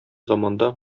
заманда